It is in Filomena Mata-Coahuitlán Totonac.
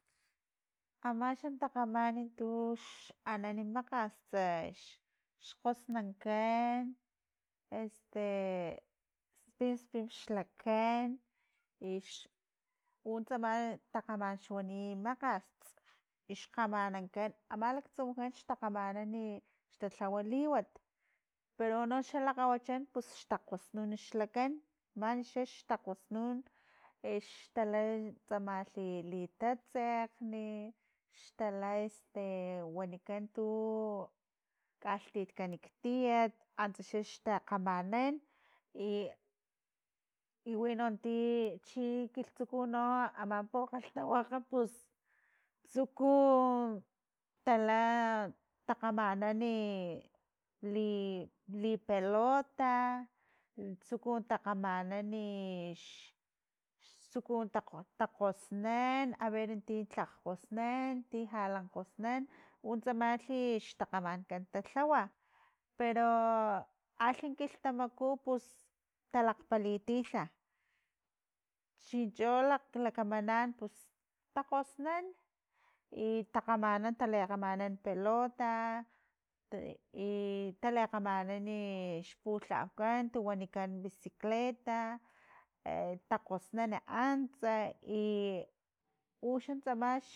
Amaxan tgakgaman tux anani makgast xkgosnunkan "este" spin spin xlakan i ux xan tsama takgaman xwani makgast i xkgamanankan ama laktsumujan xtakgamanani xtalhawa liwat, pero unoxa lakgawachan pus xtakgosnun xlakan manixa xtakgosnun, ex tala tsamalhi i litatsekgni xtala este wanikan tu kalhtitkan tiet antsa xa xta kgamanan i, winon ti chi kilhtsuku no ama pokgalhtawakga pus tsuku, tala takgamanani li- li pelota tsuku takgamanani tsuku takgo takgosnan haber ti tlakg kgosnan ti lhala kgosnan utsamalhi xtakgamanankan talhawa pero alhi kilhtamaku pus talakgpalitilha, chincho lakamanan pus takgosnan i talikgamanan pelota, itali kgamanan i xputlaukan tu wanikan bicicleta e takgosnun antsa iuxan tsama.